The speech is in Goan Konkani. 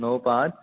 णव पांच